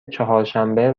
چهارشنبه